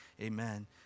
amen